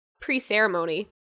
pre-ceremony